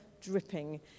dripping